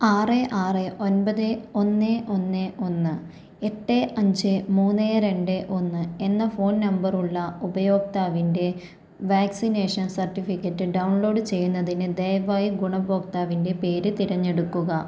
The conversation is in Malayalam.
ആറ് ആറ് ഒൻപത് ഒന്ന് ഒന്ന് ഒന്ന് എട്ട് അഞ്ച് മൂന്ന് രണ്ട് ഒന്ന് എന്ന ഫോൺ നമ്പറുള്ള ഉപയോക്താവിൻ്റെ വാക്സിനേഷൻ സർട്ടിഫിക്കറ്റ് ഡൗൺലോഡ് ചെയ്യുന്നതിന് ദയവായി ഗുണഭോക്താവിൻ്റെ പേര് തിരഞ്ഞെടുക്കുക